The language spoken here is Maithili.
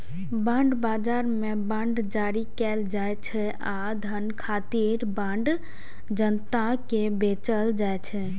बांड बाजार मे बांड जारी कैल जाइ छै आ धन खातिर बांड जनता कें बेचल जाइ छै